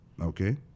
Okay